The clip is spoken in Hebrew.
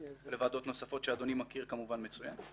ולוועדות נוספות שאדוני מכיר כמובן מצוין.